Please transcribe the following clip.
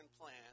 plan